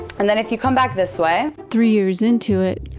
and then if you come back this way? three years into it,